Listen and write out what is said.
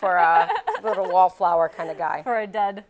for a little wallflower kind of guy for a dead